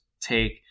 take